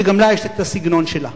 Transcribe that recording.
שגם לה יש הסגנון שלה.